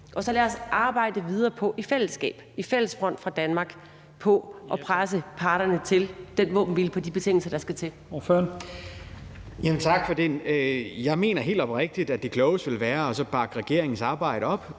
Og så lad os arbejde videre på i fællesskab og i fælles front fra Danmark at presse parterne til den våbenhvile på de betingelser, der skal til.